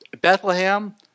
Bethlehem